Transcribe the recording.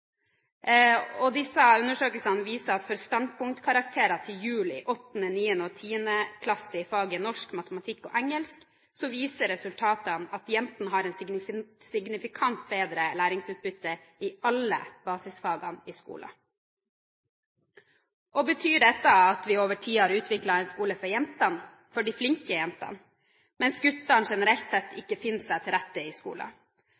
undersøkelsene for standpunktkarakterer til jul i 8., 9. og 10. klasse i fagene norsk, matematikk og engelsk viser at jentene har et signifikant bedre læringsutbytte i alle basisfagene i skolen. Betyr dette at vi over tid har utviklet en skole for jentene, for de flinke jentene, og at guttene generelt sett ikke finner seg til rette i skolen?